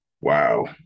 Wow